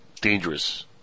dangerous